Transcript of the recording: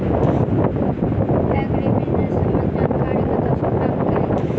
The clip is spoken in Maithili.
एग्री बिजनेस केँ संबंध मे जानकारी कतह सऽ प्राप्त कैल जाए?